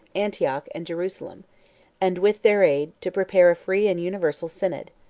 antioch, and jerusalem and, with their aid, to prepare a free and universal synod.